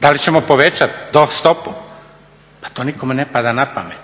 Da li ćemo povećati stopu? Pa to nikome ne pada na pamet,